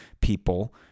people